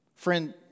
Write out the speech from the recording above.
Friend